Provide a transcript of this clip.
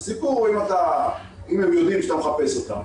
הסיפור הוא אם הם יודעים שאתה מחפש אותם,